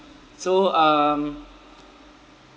so um